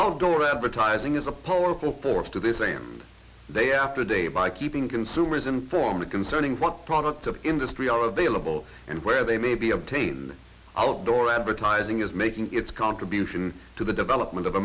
outdoor advertising is a powerful force to this same day after day by keeping consumers informed concerning what products of industry are available and where they may be obtain outdoor advertising is making its contribution to the development of